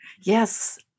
Yes